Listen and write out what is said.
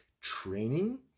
training